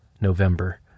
November